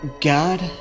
God